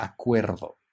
acuerdo